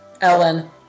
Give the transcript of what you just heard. Ellen